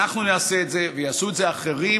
אנחנו נעשה את זה ויעשו את זה אחרים,